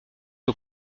aux